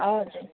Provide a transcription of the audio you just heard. हजुर